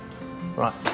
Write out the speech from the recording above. Right